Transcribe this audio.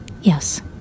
Yes